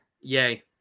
Yay